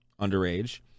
underage